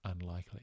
Unlikely